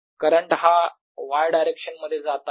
current हा y direction मध्ये जात आहे